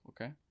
okay